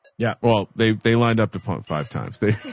yeah, well they, they lined up to pump five times. they,